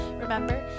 remember